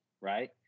right